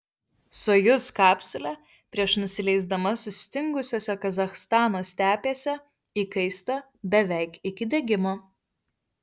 sojuz kapsulė prieš nusileisdama sustingusiose kazachstano stepėse įkaista beveik iki degimo